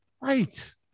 right